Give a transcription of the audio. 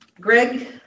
Greg